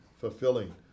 fulfilling